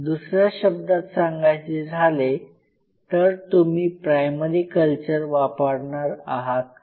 दुसऱ्या शब्दात सांगायचे झाले तर तुम्ही प्रायमरी कल्चर वापरणार आहात का